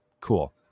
Cool